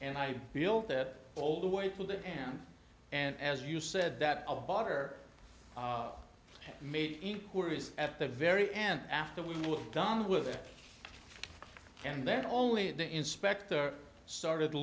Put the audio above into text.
and i feel that all the way to the end and as you said that of barter made inquiries at the very end after we were done with it and that only the inspector started